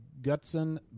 Gutson